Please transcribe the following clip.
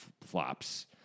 flops